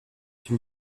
une